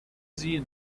sie